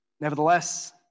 Nevertheless